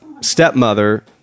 stepmother